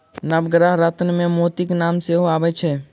नवग्रह रत्नमे मोतीक नाम सेहो अबैत छै